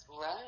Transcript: Right